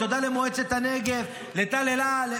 תודה למועצת הנגב, לטל אל על.